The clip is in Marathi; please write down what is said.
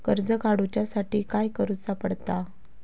कर्ज काडूच्या साठी काय करुचा पडता?